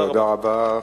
תודה רבה.